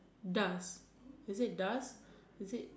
does is it does